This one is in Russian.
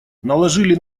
наложили